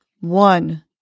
One